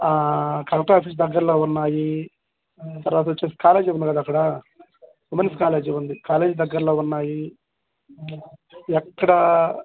collector office దగ్గరలో ఉన్నాయి తర్వాత వచ్చి కాలేజ్ ఉంది కదా అక్కడ ఉమెన్స్ కాలేజ్ ఉంది కాలేజ్ దగ్గరలో ఉన్నాయి ఎక్కడ